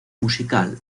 musical